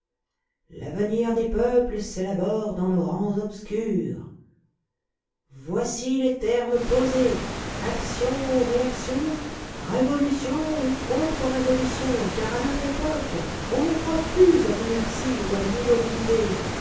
l'avenir des peuples s'élabore dans nos rangs obscurs voici les termes posés action ou réaction révolution ou contre révolution car à notre époque on ne croit plus à l'inertie ni à l'immobilité